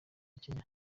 kenya